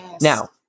Now